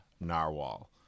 Narwhal